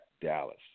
Dallas